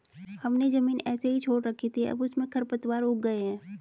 हमने ज़मीन ऐसे ही छोड़ रखी थी, अब उसमें खरपतवार उग गए हैं